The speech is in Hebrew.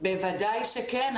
בוודאי שכן.